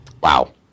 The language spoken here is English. Wow